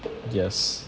yes